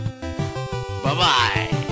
bye-bye